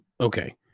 okay